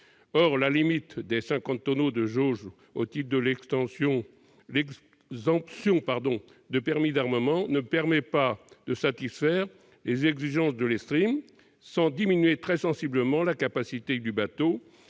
Or la limite des 50 tonneaux de jauge au titre de l'exemption de permis d'armement ne permet pas de satisfaire les exigences de l'ES-TRIN sans diminuer très sensiblement la capacité du bateau